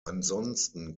ansonsten